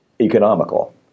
economical